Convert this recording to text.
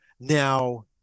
Now